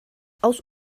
aus